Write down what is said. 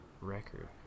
record